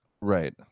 right